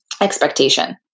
expectation